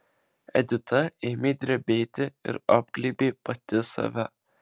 edita ėmė drebėti ir apglėbė pati save